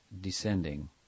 descending